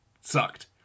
sucked